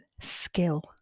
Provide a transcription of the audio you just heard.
skill